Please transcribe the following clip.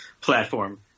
platform